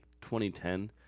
2010